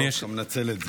אני מניח שתנצל את זה.